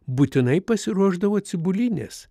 būtinai pasiruošdavo cibulinės